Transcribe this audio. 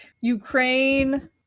Ukraine-